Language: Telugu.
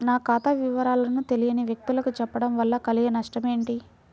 నా ఖాతా వివరాలను తెలియని వ్యక్తులకు చెప్పడం వల్ల కలిగే నష్టమేంటి?